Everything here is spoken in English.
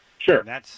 Sure